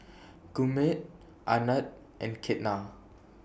Gurmeet Anand and Ketna